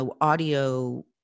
audio